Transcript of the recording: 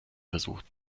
versucht